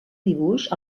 dibuix